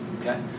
okay